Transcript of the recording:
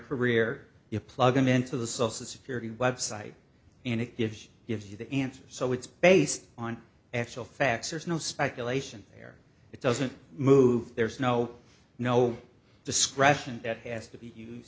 career you plug them into the social security website and it gives you the answers so it's based on actual facts are no speculation here it doesn't move there's no no discretion that has to be